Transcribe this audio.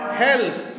health